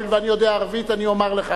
הואיל ואני יודע ערבית אני אומר לך.